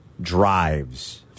drives